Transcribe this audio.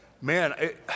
Man